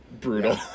brutal